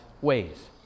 ways